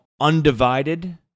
undivided